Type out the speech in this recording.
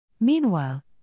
Meanwhile